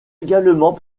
également